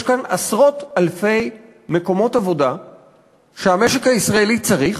יש כאן עשרות-אלפי מקומות עבודה שהמשק הישראלי צריך,